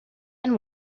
and